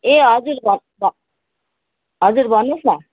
ए हजुर हजुर भन्नुहोस् न